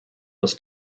was